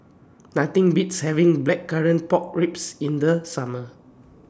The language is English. Nothing Beats having Blackcurrant Pork Ribs in The Summer